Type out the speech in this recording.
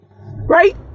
Right